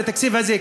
לתקציב הזה,